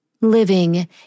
living